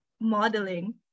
modeling